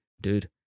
dude